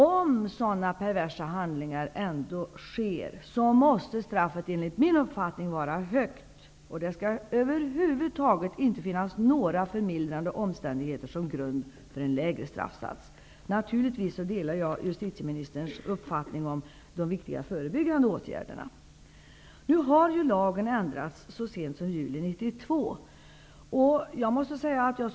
Om sådana perversa handlingar ändå sker måste enligt min uppfattning straffet vara mycket hårt. Det skall över huvud taget inte finnas några förmildrande omständigheter som grund för en lägre staffsats. Naturligtvis delar jag justitieministerns uppfattning om vikten av de förebyggande åtgärderna. Lagen har ändrats så sent som juli 1992.